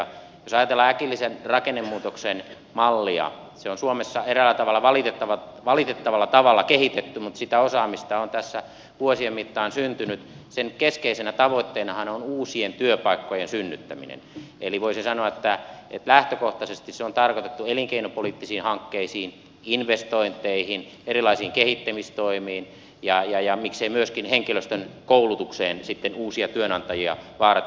jos ajatellaan äkillisen rakennemuutoksen mallia se on suomessa eräällä tavalla valitettavalla tavalla kehitetty mutta sitä osaamista on tässä vuosien mittaan syntynyt sen keskeisenä tavoitteenahan on uusien työpaikkojen synnyttäminen eli voisi sanoa että lähtökohtaisesti se on tarkoitettu elinkeinopoliittisiin hankkeisiin investointeihin erilaisiin kehittämistoimiin ja miksei myöskin henkilöstön koulutukseen uusia työnantajia varten